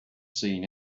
seen